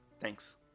Thanks